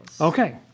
Okay